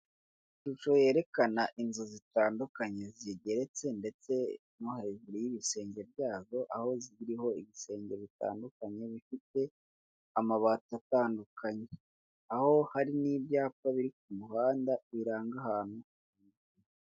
Ishusho yerekana inzu zitandukanye zigeretse, ndetse no hejuru y'ibisenge byazo, aho ziriho ibisenge bitandukanye, bifite amabati atandukanye. Aho hari n'ibyapa biri ku muhanda, biranga ahantu.